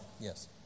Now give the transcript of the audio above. Yes